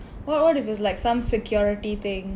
what what if it was like some security thing